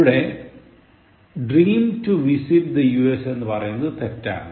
ഇനിടെ dream to visit the USA എന്ന് പറയുന്നത് തെറ്റാണ്